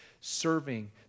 serving